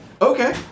Okay